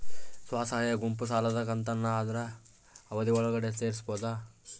ಸ್ವಸಹಾಯ ಗುಂಪು ಸಾಲದ ಕಂತನ್ನ ಆದ್ರ ಅವಧಿ ಒಳ್ಗಡೆ ತೇರಿಸಬೋದ?